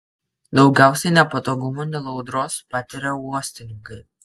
daugiausiai nepatogumų dėl audros patiria uostininkai